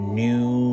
new